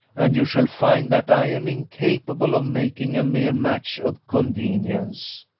and you shall find that i am incapable of making a mere match of convenience.